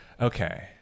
Okay